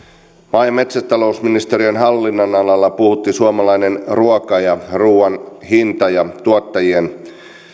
maa ja metsätalousministeriön hallinnonalalla puhuttivat suomalainen ruoka ja ruuan hinta ja tuottajien